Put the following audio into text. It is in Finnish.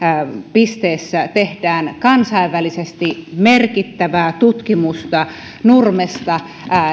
pisteessä tehdään kansainvälisesti merkittävää tutkimusta nurmesta